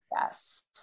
Yes